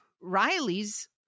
Riley's